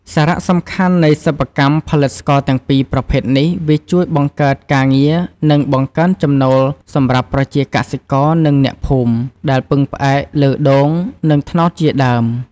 សារៈសំខាន់នៃសិប្បកម្មផលិតស្ករទាំងពីរប្រភេទនេះ វាជួយបង្កើតការងារ និងបង្កើនចំណូលសម្រាប់ប្រជាកសិករ និងអ្នកភូមិ ដែលពឹងផ្អែកលើដូង និងត្នោតជាដើម។